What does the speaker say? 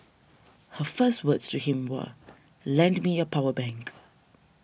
her first words to him were lend me your power bank